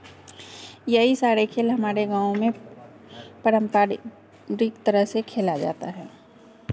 यही सारे खेल हमारे गाँव में पारंपरिक तरह से खेला जाता है